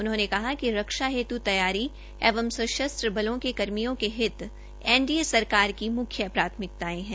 उन्होंने कहा कि रक्षा हेत् तैयारी एवं सशस्त्र बलों के कर्मियों के हित एनडीए सरकार की मुख्य प्राथमिकतायें है